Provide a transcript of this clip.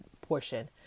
portion